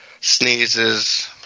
sneezes